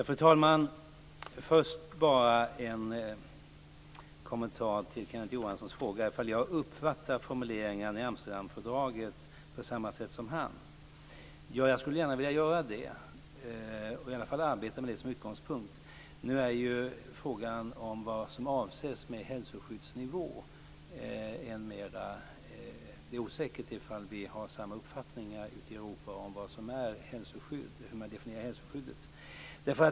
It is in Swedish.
Fru talman! Låt mig först göra en kommentar till Kenneth Johanssons fråga om jag uppfattar formuleringarna i Amsterdamfördraget på samma sätt som han. Jag skulle gärna vilja göra det, i alla fall arbeta med det som utgångspunkt. Det är osäkert om man har samma uppfattning ute i Europa om vad som avses med hälsoskydd och hur man definierar det.